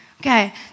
Okay